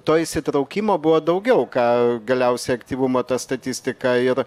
to įsitraukimo buvo daugiau ką galiausiai aktyvumo ta statistika ir